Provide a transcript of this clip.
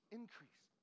increase